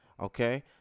Okay